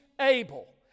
able